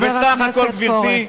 גברתי,